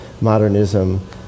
modernism